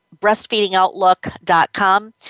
breastfeedingoutlook.com